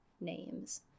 names